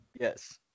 Yes